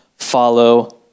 follow